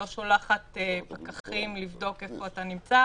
לא שולחת פקחים לבדוק איפה אתה נמצא.